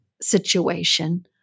situation